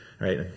right